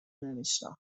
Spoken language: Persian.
نمیشناخت